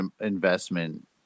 investment